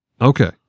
okay